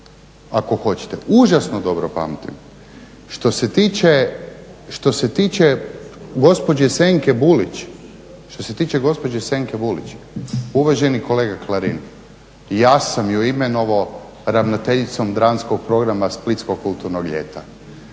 gospođe Senke Bulić, što se tiče gospođe Senke Bulić, uvaženi kolega Klarin, ja sam ju imenovao ravnateljicom dramskog programa Splitskog kulturnog ljeta,